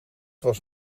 was